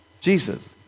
Jesus